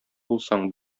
булсаң